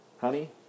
honey